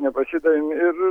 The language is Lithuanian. nepasidavėm ir